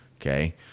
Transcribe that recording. okay